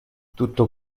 tutto